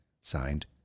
Signed